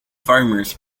farmers